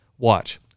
Watch